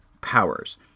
Powers